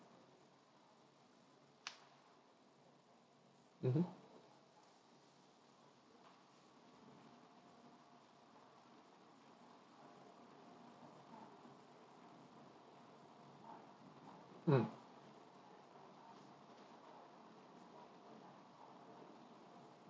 mmhmm mm